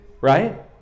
right